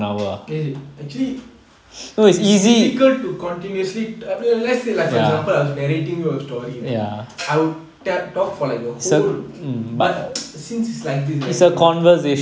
is it actually it's difficult to continuously I mean let's say for example I was narrating you a story right I would tell talk for the whole but since it's like this right